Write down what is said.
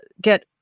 get